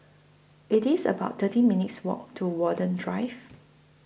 It's about thirteen minutes' Walk to Watten Drive